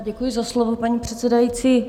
Děkuji za slovo, paní předsedající.